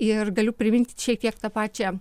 ir galiu priminti čiek tiek tą pačią